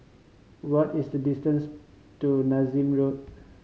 what is the distance to Nassim Road